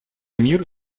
мир